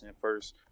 first